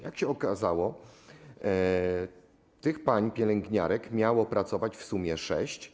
Jak się okazało, tych pań pielęgniarek miało pracować w sumie sześć.